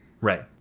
Right